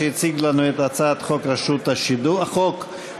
שהציג לנו את הצעת חוק השידור הציבורי